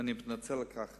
ואני מתנצל על כך.